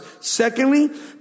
Secondly